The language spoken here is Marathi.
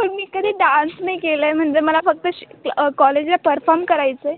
पण मी कधी डान्स नाही केलं आहे म्हणजे मला फक्त शिक् कॉलेजला परफॉर्म करायचं आहे